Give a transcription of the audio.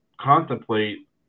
contemplate